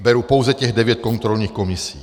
Beru pouze těch devět kontrolních komisí.